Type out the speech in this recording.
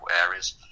areas